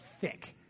thick